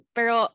Pero